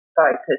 focus